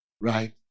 Right